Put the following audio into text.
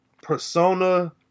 Persona